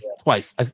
twice